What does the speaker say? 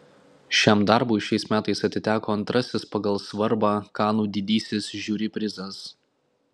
šiam darbui šiais metais atiteko antrasis pagal svarbą kanų didysis žiuri prizas